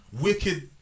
wicked